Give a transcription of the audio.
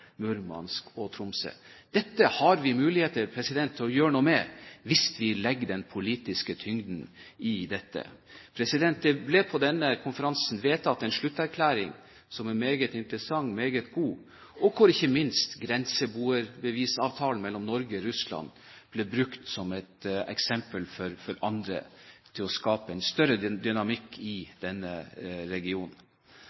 Murmansk og Tromsø. Dette har vi muligheter til å gjøre noe med hvis vi legger den politiske tyngden i dette. Det ble på denne konferansen vedtatt en slutterklæring som er meget interessant, meget god, og hvor ikke minst grenseboerbevisavtalen mellom Norge og Russland ble brukt som et eksempel for andre til å skape større dynamikk i